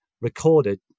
recorded